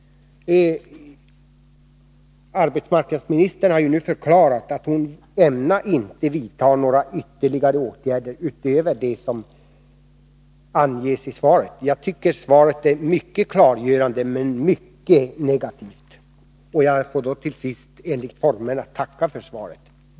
Arbetsmarknadsministern har ju förklarat att hon inte ämnar vidta ytterligare åtgärder utöver dem som anges i svaret. Jag tycker svaret är mycket klargörande men mycket negativt. Jag får då till sist, enligt formerna, tacka för svaret.